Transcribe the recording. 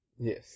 Yes